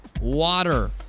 water